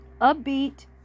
upbeat